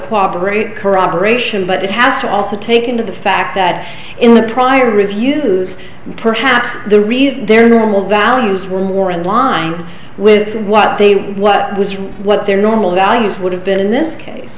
cooperate corroboration but it has to also take into the fact that in the prior reviews perhaps the reason their normal values were more in line with what they what was real what their normal values would have been in this case